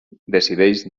decideix